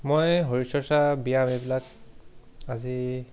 মই শৰীৰ চৰ্চা ব্যায়াম এইবিলাক আজি